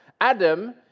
Adam